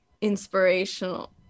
inspirational